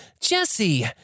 Jesse